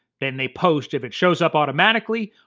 then they post, if it shows up automatically,